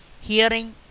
Hearing